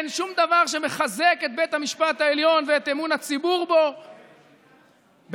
אין שום דבר שמחזק את בית המשפט העליון ואת אמון הציבור בו בלכסות,